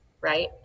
Right